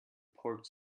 port